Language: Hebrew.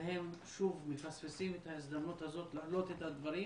והם שוב מפספסים את ההזדמנות הזאת להעלות את הדברים